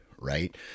right